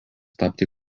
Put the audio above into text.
tapti